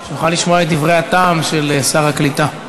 שנוכל לשמוע את דברי הטעם של שר הקליטה.